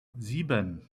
sieben